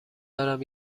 دارم